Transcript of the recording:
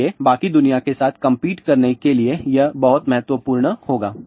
इसलिए बाकी दुनिया के साथ कंपीट करने के लिए यह बहुत महत्वपूर्ण होगा